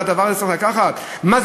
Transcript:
ואת זה צריך לקחת תמיד?